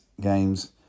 games